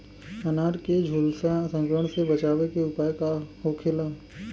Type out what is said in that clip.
अनार के झुलसा संक्रमण से बचावे के उपाय का होखेला?